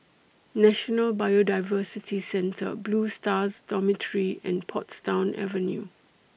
National Biodiversity Centre Blue Stars Dormitory and Portsdown Avenue